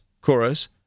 chorus